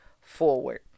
forward